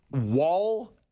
Wall